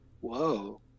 whoa